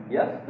Yes